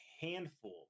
handful